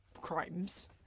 Crimes